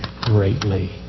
greatly